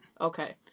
Okay